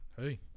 Hey